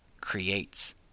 creates